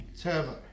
Turbo